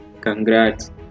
congrats